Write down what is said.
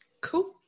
Cool